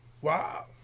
wow